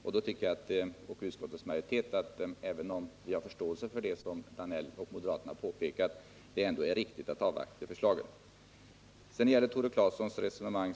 Även om jag och utskottsmajoriteten har förståelse för moderaternas påpekande, tycker vi att det är riktigt att avvakta förslagen. Sedan till Tore Claesons resonemang.